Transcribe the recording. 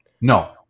No